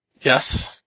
Yes